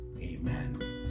amen